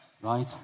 right